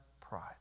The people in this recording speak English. pride